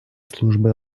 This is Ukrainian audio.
служби